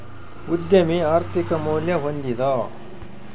ಉದ್ಯಮಿ ಆರ್ಥಿಕ ಮೌಲ್ಯ ಹೊಂದಿದ